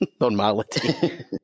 normality